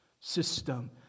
system